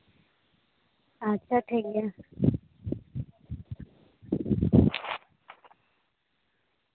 ᱟᱪᱪᱷᱟ ᱴᱷᱤᱠᱜᱮᱭᱟ